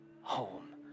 home